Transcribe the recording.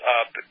up